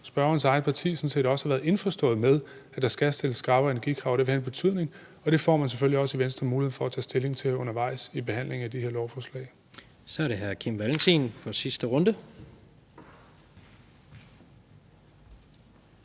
spørgerens eget parti sådan set også har været indforstået med, altså at der skal stilles skrappere energikrav. Det vil have en betydning. Det får man selvfølgelig også i Venstre mulighed for at tage stilling til undervejs i behandlingen af det her lovforslag. Kl. 17:43 Tredje næstformand